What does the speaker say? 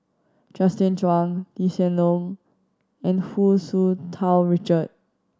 Justin Zhuang Lee Hsien Loong and Hu Tsu Tau Richard